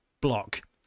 block